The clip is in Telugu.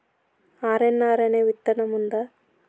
ఆర్.ఎన్.ఆర్ అనే విత్తనం ఉందా?